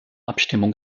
abstimmung